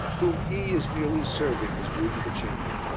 whom he is merely serving as groom of the chamber.